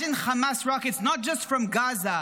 Imagine Hamas rockets not just from Gaza,